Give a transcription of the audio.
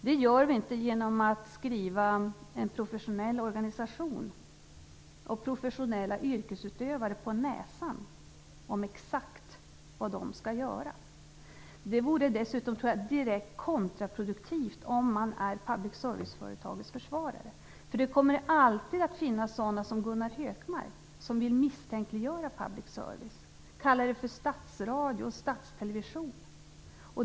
Detta gör vi inte genom att skriva en professionell organisation och professionella yrkesutövare på näsan exakt vad de skall göra. Det tror jag dessutom vore direkt kontraproduktivt, om man är public service-företagets försvarare. Det kommer nämligen alltid att finnas sådana som Gunnar Hökmark som vill misstänkliggöra public serviceföretaget och kalla det för statsradio och statstelevision.